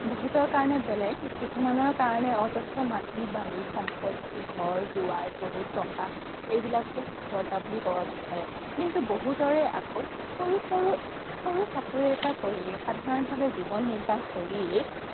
বহুতৰ কাৰণে বেলেগ কিছুমানৰ কাৰণে অজস্ৰ মাটি বাৰী সম্পত্তি ঘৰ দুৱাৰ বহুত টকা এইবিলাকেই সফলতা বুলি ক'ব বিচাৰে কিন্তু বহুতৰে আকৌ সৰু সৰু সৰু চাকৰি এটা কৰিয়েই সাধাৰণ ভাৱে জীৱন নিৰ্বাহ কৰিয়েই